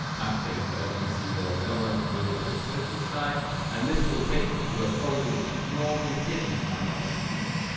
app data as you can see that then i want to do another percentage sign and this will take me to a folder which is normally hidden by my computer